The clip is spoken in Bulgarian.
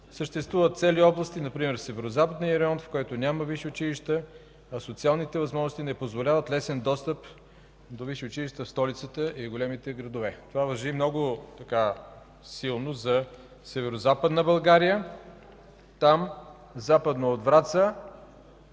съществуват цели области, например в северозападния район, в който няма висши училища, а социалните възможности не позволяват лесен достъп до висши училища в столицата и в големите градове. Това важи много силно за Северозападна България. Там, западно от Враца,